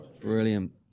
Brilliant